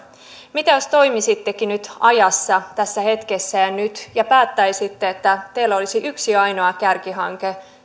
mitä jos toimisittekin nyt ajassa tässä hetkessä ja nyt ja päättäisitte että teillä olisi yksi ainoa kärkihanke